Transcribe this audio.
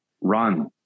run